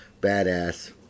Badass